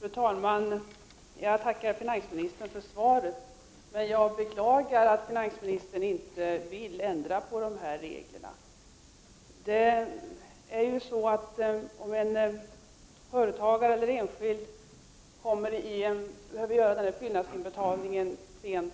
Fru talman! Jag tackar finansministern för svaret, men jag beklagar att finansministern inte vill ändra på de här reglerna. För en företagare eller en enskild person som vill göra en sen fyllnadsinbetalning finns